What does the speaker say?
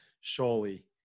Surely